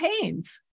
pains